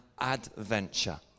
adventure